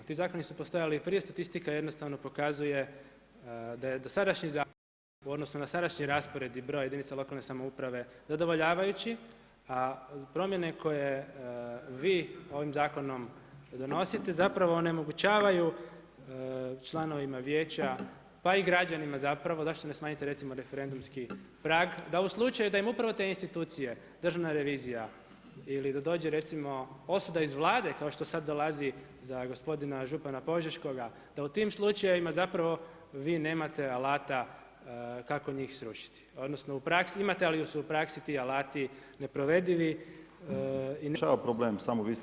Ti zakoni su postojali i prije, statistika jednostavno pokazuje da je dosadašnji zakon u odnosu na sadašnji raspored i broj jedinica lokalne samouprave zadovoljavajući, a promjene koje vi ovim zakonom donosite zapravo onemogućavaju članovima vijeća pa i građanima zapravo zašto ne smanjite recimo referendumski prag da u slučaju da im upravo te institucije, državna revizija ili da dođe recimo osuda iz Vlade kao što sada dolazi za gospodina župana požeškoga da u tim slučajevima zapravo vi nemate alata kako njih srušiti odnosno u praski imate ali su u praksi ti alati neprovedivi i nemogući su.